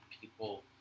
people